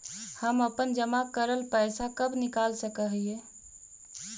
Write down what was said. हम अपन जमा करल पैसा कब निकाल सक हिय?